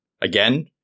Again